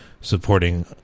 supporting